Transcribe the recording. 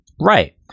right